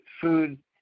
food